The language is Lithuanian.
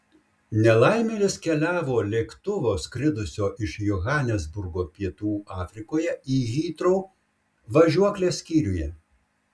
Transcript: nelaimėlis keliavo lėktuvo skridusio iš johanesburgo pietų afrikoje į hitrou važiuoklės skyriuje